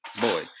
boy